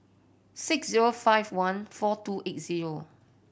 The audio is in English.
six zero five one four two eight zero